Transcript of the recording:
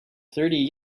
thirty